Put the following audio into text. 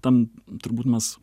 tam turbūt mes